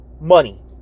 money